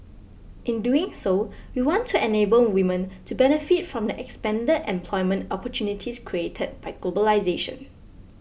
in doing so we want to enable women to benefit from the expanded employment opportunities created by globalisation